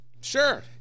sure